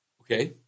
Okay